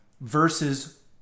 versus